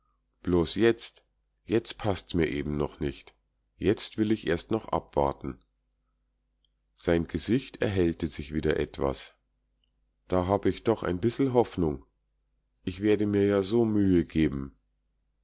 bloß jetzt jetzt paßt mir's eben noch nicht jetzt will ich erst noch abwarten sein gesicht erhellte sich wieder etwas da hab ich doch ein bissel hoffnung ich werd mir ja so mühe geben